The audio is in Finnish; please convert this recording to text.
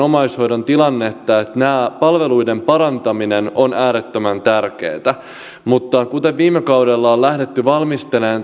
omaishoidon tilannetta että näiden palveluiden parantaminen on äärettömän tärkeää mutta kuten viime kaudella on lähdetty valmistelemaan